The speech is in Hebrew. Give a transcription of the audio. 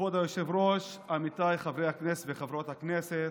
כבוד היושב-ראש, עמיתיי חברי וחברות הכנסת,